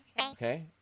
Okay